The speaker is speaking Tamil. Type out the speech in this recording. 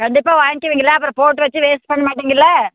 கண்டிப்பாக வாங்கிவிங்கள்ல அப்புறம் போட்டு வச்சு வேஸ்ட் பண்ண மாட்டேங்கள்ல